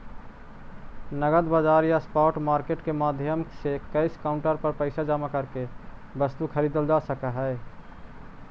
नगद बाजार या स्पॉट मार्केट के माध्यम से कैश काउंटर पर पैसा जमा करके वस्तु खरीदल जा सकऽ हइ